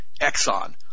Exxon